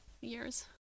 years